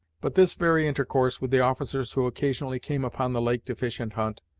but this very intercourse with the officers who occasionally came upon the lake to fish and hunt,